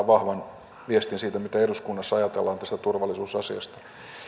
vahvan viestin siitä mitä eduskunnassa ajatellaan tästä turvallisuusasiasta